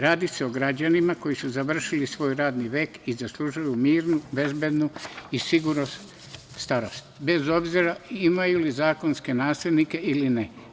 Radi se o građanima koji su završili svoj radni vek i zaslužuju mirnu, bezbednu i sigurnu starost, bez obzira imaju li zakonske naslednike ili ne.